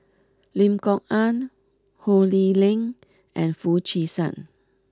Lim Kok Ann Ho Lee Ling and Foo Chee San